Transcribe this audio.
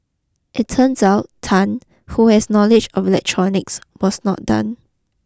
it turns out Tan who has knowledge of electronics was not done